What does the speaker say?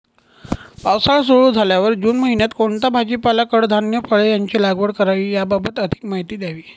पावसाळा सुरु झाल्यावर जून महिन्यात कोणता भाजीपाला, कडधान्य, फळे यांची लागवड करावी याबाबत अधिक माहिती द्यावी?